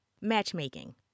matchmaking